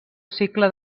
cicle